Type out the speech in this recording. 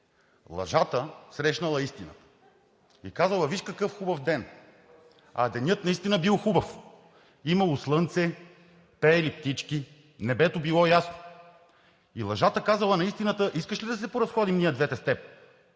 Лъжата срещнала Истината и казала: „Виж какъв хубав ден.“ А денят наистина бил хубав – имало слънце, пеели птички, небето било ясно и Лъжата казала на Истината: „Искаш ли да се поразходим ние с тебе